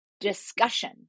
discussion